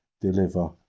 Deliver